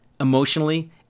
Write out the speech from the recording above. emotionally